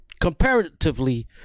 Comparatively